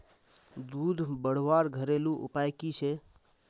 दूध बढ़वार घरेलू उपाय की छे?